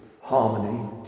harmony